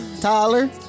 Tyler